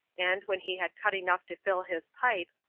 and, when he had cut enough to fill his pipe,